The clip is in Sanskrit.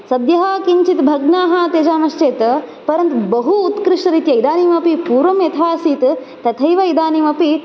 सद्यः किञ्चित् भग्नाः त्यजामश्चेत् परन्तु बहु उत्कृष्टरीत्या इदानीमपि पूर्वं यथा आसीत् तथैव इदानीमपि